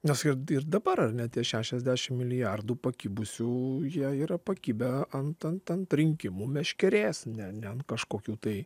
nes ir ir dabar ar ne tie šešiasdešim milijardų pakibusių jie yra pakibę ant ant ant rinkimų meškerės ne ne an kažkokių tai